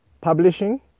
publishing